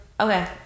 Okay